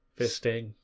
fisting